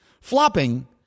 Flopping